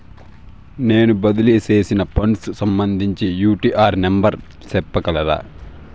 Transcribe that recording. నేను బదిలీ సేసిన ఫండ్స్ సంబంధించిన యూ.టీ.ఆర్ నెంబర్ సెప్పగలరా